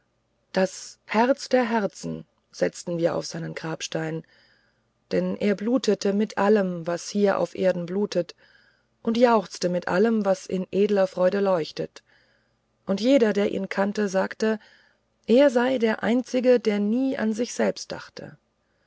das herz der herzen setzten wir auf seinen grabstein denn er blutete mit allem was hier auf erden blutet und jauchzte mit allem was in edler freude leuchtet und jeder der ihn kannte sagte er sei der einzige der nie an sich selber dachte